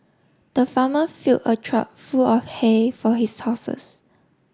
the farmer fill a trough full of hay for his horses